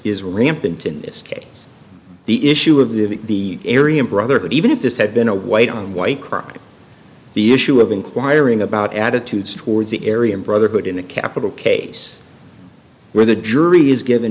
is rampant in this case the issue of the area brotherhood even if this had been a white on white crime and the issue of inquiring about attitudes towards the area and brotherhood in a capital case where the jury is given